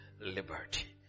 liberty